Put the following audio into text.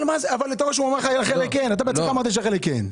אבל אתה בעצמך אמרת שעל חלק הוא אמר כן.